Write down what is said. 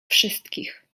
wszystkich